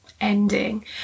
ending